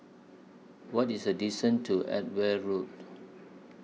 What IS The distance to Edgware Road